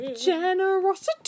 Generosity